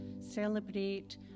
celebrate